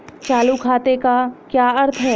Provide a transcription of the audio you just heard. चालू खाते का क्या अर्थ है?